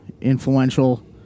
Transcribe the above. influential